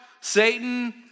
Satan